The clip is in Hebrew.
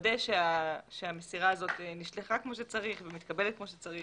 לוודא שהמסירה הזאת נשלחה כמו שצריך ומתקבלת כמו שצריך.